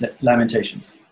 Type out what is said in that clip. Lamentations